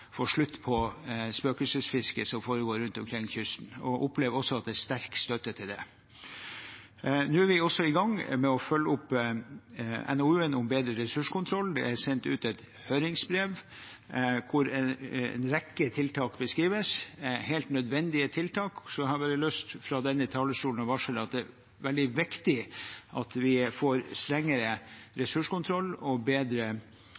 få slutt på spøkelsesfisket som foregår rundt omkring langs kysten, og opplever også at det er sterk støtte til det. Nå er vi også i gang med å følge opp NOU-en om bedre ressurskontroll. Det er sendt ut et høringsbrev hvor en rekke helt nødvendige tiltak beskrives. Jeg har bare lyst til fra denne talerstolen å varsle at det er veldig viktig at vi får strengere ressurskontroll og bedre